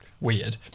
weird